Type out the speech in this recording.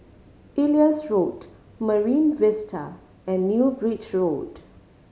Elias Road Marine Vista and New Bridge Road